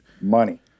Money